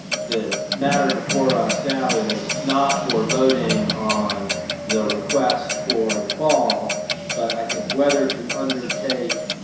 the matter before us now is not for voting on the request for the fall but i think whether to undertake